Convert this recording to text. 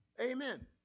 Amen